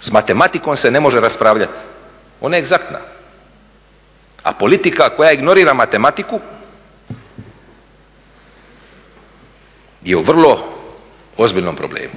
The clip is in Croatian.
S matematikom se ne može raspravljati, ona je …, a politika koja ignorira matematiku je u vrlo ozbiljnom problemu.